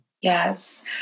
Yes